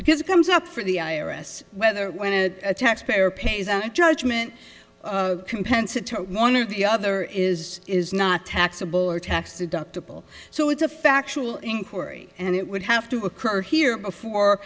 because it comes up for the i r s whether when a taxpayer pays and judgment compensatory one or the other is is not taxable or tax deductible so it's a factual inquiry and it would have to occur here before